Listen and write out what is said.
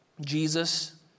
Jesus